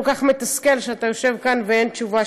כל כך מתסכל שאתה יושב כאן ואין תשובה